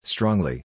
Strongly